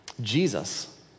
jesus